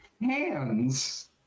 Hands